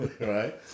right